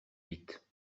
vite